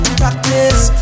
practice